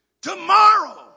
Tomorrow